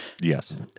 Yes